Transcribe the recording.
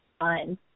fun